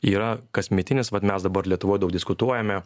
yra kasmetinis vat mes dabar lietuvoj daug diskutuojame